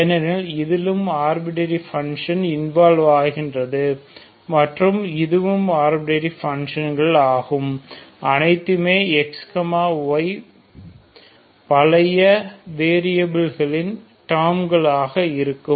ஏனெனில் இதிலும் arbitrary function involve ஆகின்றன மற்றும் இதுவும் ஆர்பிட்டரி பங்க்ஷன் ஆகும் அனைத்துமே Xy பழைய வெரியபில்களின் டேர்ம்கலாக இருக்கும்